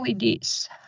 LEDs